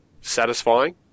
satisfying